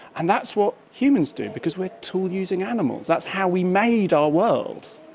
and that's what humans do because we are tool-using animals, that's how we made our world.